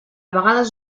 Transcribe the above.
vegades